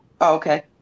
okay